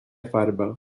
farba